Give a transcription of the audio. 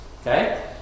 Okay